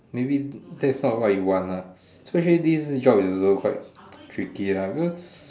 maybe that's not what you want ah so actually this job is also quite tricky lah because